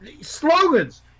slogans